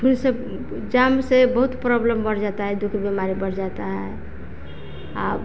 फिर सब जम से बहुत प्रोब्लम बढ़ जाता है दुःख बीमारी बढ़ जाता है आप